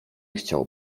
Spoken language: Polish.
chciał